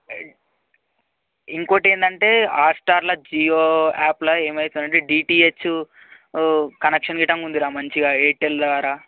ఇంకోటి ఏందంటే హాట్స్టార్లో జియో యాప్లో ఏమయితుంది అంటే డిటీహెచ్ కనెక్షన్ గిట్టా ఉందిరా మంచిగా ఎయిర్టెల్ ద్వారా